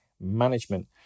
management